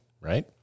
right